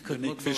אדוני,